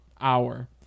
hour